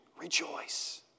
rejoice